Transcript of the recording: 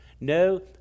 no